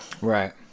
Right